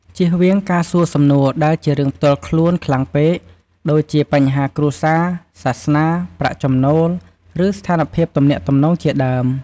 ជៀសវាងការសួរសំណួរដែលជារឿងផ្ទាល់ខ្លួនខ្លាំងពេក ដូចជាបញ្ហាគ្រួសារ សាសនា ប្រាក់ចំណូល ឬស្ថានភាពទំនាក់ទំនងជាដើម។